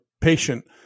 patient